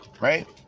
Right